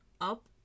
up